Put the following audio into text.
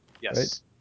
Yes